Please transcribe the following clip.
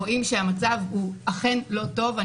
רואים שהמצב הוא אכן לא טוב.